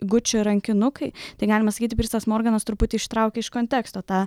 guči rankinukai tai galima sakyti pirsas morganas truputį ištraukė iš konteksto tą